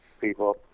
people